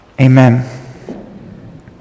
Amen